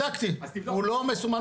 בדקתי, הוא לא מסומן.